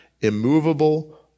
immovable